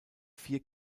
vier